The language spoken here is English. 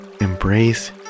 embrace